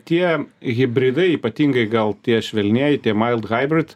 tie hibridai ypatingai gal tie švelnieji tie maild haibrid